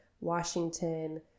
Washington